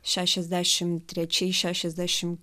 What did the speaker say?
šešiasdešim trečiais šešiasdešim